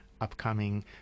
upcoming